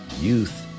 Youth